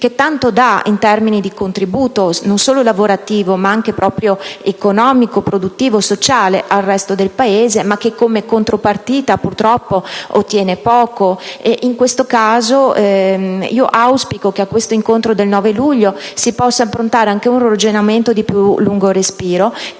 che tanto dà in termini di contributo non solo lavorativo, ma anche economico, produttivo e sociale al resto del Paese, ma che, come contropartita, purtroppo ottiene poco. Auspico che nell'incontro del 9 luglio si possa affrontare un ragionamento di più lungo respiro